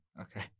Okay